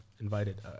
invited